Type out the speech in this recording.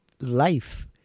life